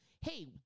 hey